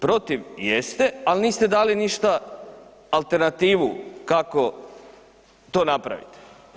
Protiv jeste, ali niste dali ništa alternativu kako to napraviti.